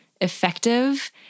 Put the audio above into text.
effective